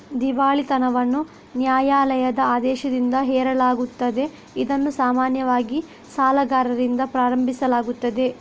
ದಿವಾಳಿತನವನ್ನು ನ್ಯಾಯಾಲಯದ ಆದೇಶದಿಂದ ಹೇರಲಾಗುತ್ತದೆ, ಇದನ್ನು ಸಾಮಾನ್ಯವಾಗಿ ಸಾಲಗಾರರಿಂದ ಪ್ರಾರಂಭಿಸಲಾಗುತ್ತದೆ